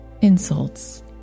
insults